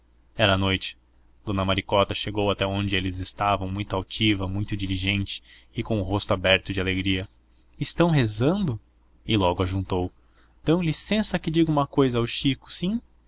era noite dona maricota chegou até onde eles estavam muito ativa muito diligente e com o rosto aberto de alegria estão rezando e logo ajuntou dão licença que diga uma cousa ao chico sim